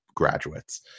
graduates